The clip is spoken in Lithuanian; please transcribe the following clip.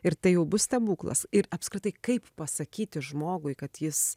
ir tai jau bus stebuklas ir apskritai kaip pasakyti žmogui kad jis